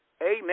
Amen